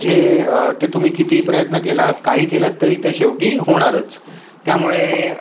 म्हणजे ते तुम्ही किती प्रयत्न केलात काही केलात तरी ते शेवटी होणारच त्यामुळे